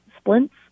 splints